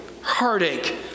heartache